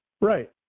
Right